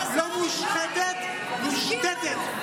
לא מושחתת, מושתתת.